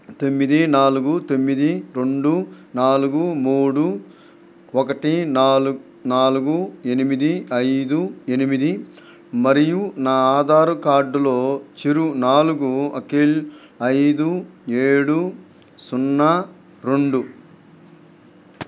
తొమ్మిది నాలుగు తొమ్మిది రెండు నాలుగు మూడు ఒకటి నాలుగ్ నాలుగు ఎనిమిది ఐదు ఎనిమిది మరియు నా ఆధారుకార్డులో చివరి నాలుగు అంకెలు ఐదు ఏడు సున్నా రొండు